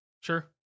sure